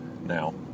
now